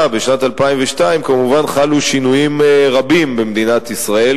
בשנת 2002 חלו כמובן שינויים רבים במדינת ישראל,